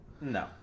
No